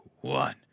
one